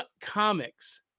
comics